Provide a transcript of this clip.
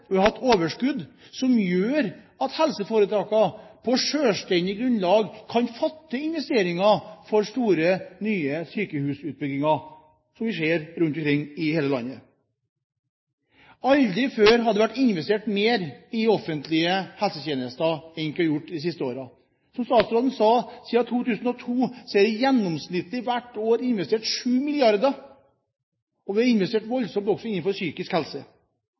overskudd som gjør at helseforetakene på selvstendig grunnlag kan foreta investeringer i store, nye sykehusutbygginger, noe vi ser rundt omkring i hele landet. Aldri før har det vært investert mer i offentlige helsetjenester enn hva det er gjort de siste årene. Som statsråden sa, siden 2002 er det hvert år i gjennomsnitt investert 7 mrd. kr. Vi har investert voldsomt også innenfor psykisk helse.